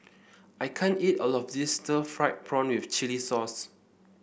I can't eat all of this Stir Fried Prawn with Chili Sauce